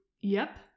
Yep